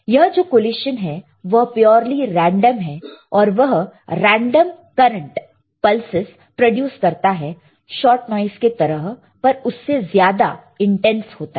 यह जो कोलिशन है वह प्योरली रेंडम है और वह रेंडम करंट पल्सेस प्रोड्यूस करता है शॉट नॉइस के तरह पर उससे ज्यादा इंटेंस होता है